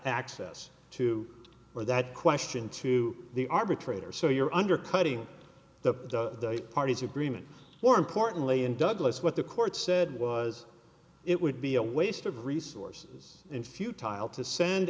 access to or that question to the arbitrator so you're undercutting the parties agreement or importantly in douglas what the court said was it would be a waste of resources and futile to send